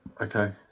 Okay